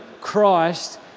Christ